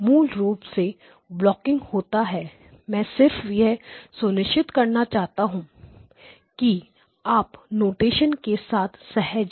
मूल रूप से ब्लॉकिंग होता है मैं सिर्फ यह सुनिश्चित करना चाहता था कि आप नोटेशन के साथ सहज हैं